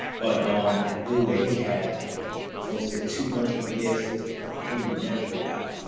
but um i knew that he had like close to two hundred years to do. he would never get out,